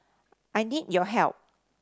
I need your help